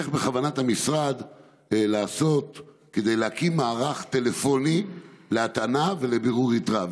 כיצד בכוונת המשרד לפעול כדי להקים מערך טלפוני להטענה ולבירור יתרה?